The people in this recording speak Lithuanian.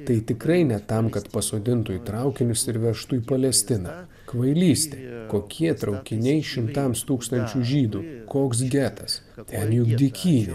tai tikrai ne tam kad pasodintų į traukinius ir vežtų į palestiną kvailystė kokie traukiniai šimtams tūkstančių žydų koks getas ten juk dykynė